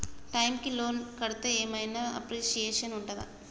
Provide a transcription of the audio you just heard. Time కి loan కడ్తే ఏం ఐనా అప్రిషియేషన్ ఉంటదా?